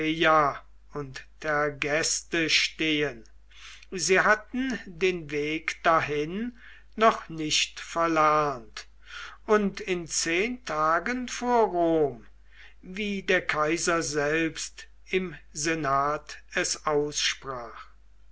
und tergeste stehen sie hatten den weg dahin noch nicht verlernt und in zehn tagen vor rom wie der kaiser selbst im senat es aussprach